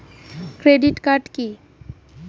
Credit card key?